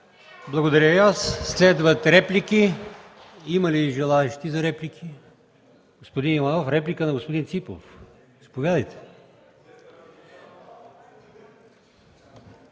Благодаря и аз. Следват реплики. Има ли желаещи за реплики? Господин Иванов, реплика на господин Ципов? Заповядайте.